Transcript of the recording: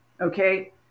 okay